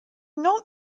not